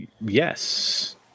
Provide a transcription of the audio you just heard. Yes